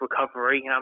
recovery